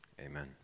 amen